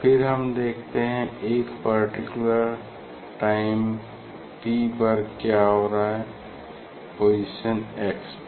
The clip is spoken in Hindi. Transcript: फिर हम देखते हैं एक पर्टिकुलर टाइम t पर क्या हो रहा है पोजीशन x पर